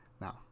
Now